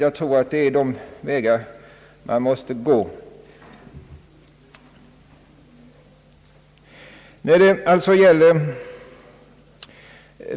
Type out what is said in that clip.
Jag tror det är de vägar man måste gå.